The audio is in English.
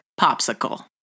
popsicle